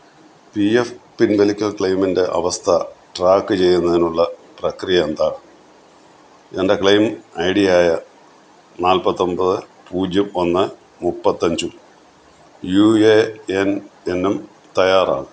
P F പിൻവലിക്കൽ ക്ലെയിമിന്റെ അവസ്ഥ ട്രാക്ക് ചെയ്യുന്നതിനുള്ള പ്രക്രിയ എന്താണ് എന്റെ ക്ലെയിം ഐ ഡിയായ നാല്പ്പത്തൊമ്പത് പൂജ്യം ഒന്ന് മുപ്പത്തഞ്ചും യു എ എൻ എന്നും തയ്യാറാണ്